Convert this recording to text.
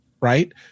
right